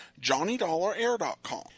johnnydollarair.com